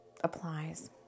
applies